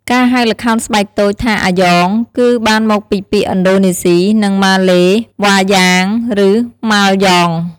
ការហៅល្ខោនស្បែកតូចថា “អាយ៉ង” គឺបានមកពីពាក្យឥណ្ឌូនេស៊ី និងម៉ាឡេ “វ៉ាយ៉ាង” (Wayang) ឬ “ម៉ាល់យ៉ង់” (Malyang) ។